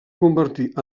convertir